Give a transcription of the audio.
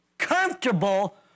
Comfortable